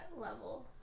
level